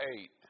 eight